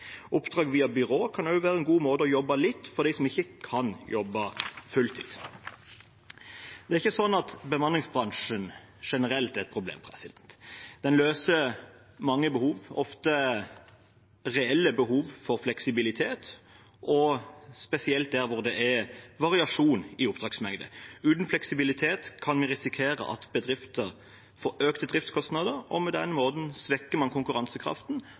Oppdrag via byrå kan også være en god måte å jobbe litt for dem som ikke kan jobbe fulltid. Det er ikke sånn at bemanningsbransjen generelt er et problem. Den løser mange behov, ofte reelle behov for fleksibilitet og spesielt der det er variasjon i oppdragsmengde. Uten fleksibilitet kan vi risikere at bedrifter får økte driftskostnader, og på den måten svekker man konkurransekraften